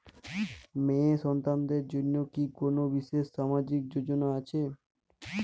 মেয়ে সন্তানদের জন্য কি কোন বিশেষ সামাজিক যোজনা আছে?